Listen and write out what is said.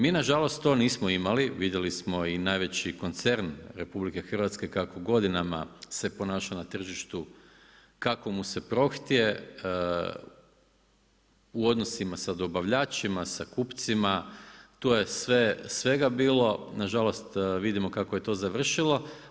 Mi nažalost to nismo imali, vidjeli smo i najveći koncern RH kako godinama se ponaša na tržištu kako mu se prohtje u odnosima sa dobavljačima, sa kupcima tu je svega bilo, nažalost vidimo kako je to završilo.